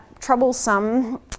troublesome